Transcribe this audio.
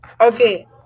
Okay